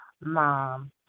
mom